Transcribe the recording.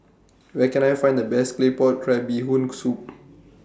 Where Can I Find The Best Claypot Crab Bee Hoon Soup